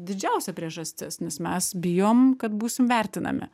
didžiausia priežastis nes mes bijom kad būsim vertinami